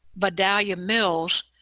vidalia mills,